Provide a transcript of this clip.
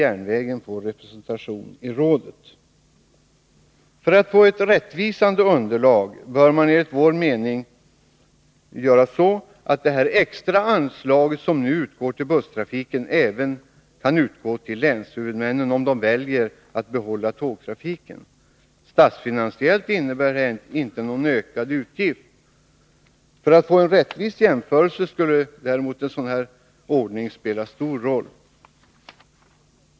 järnvägen, får representation i rådet. För att få ett rättvisande underlag bör enligt vår mening det extra anslag som nu utgår till busstrafiken även kunna utgå till länshuvudmännen, om de väljer att behålla tågtrafiken. Statsfinansiellt innebär det inte någon ökad utgift. För att få en rättvis jämförelse skulle däremot en sådan ordning spela en stor roll.